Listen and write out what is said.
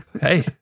Hey